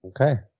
Okay